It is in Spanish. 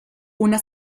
una